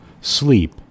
Sleep